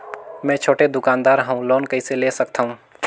मे छोटे दुकानदार हवं लोन कइसे ले सकथव?